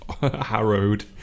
harrowed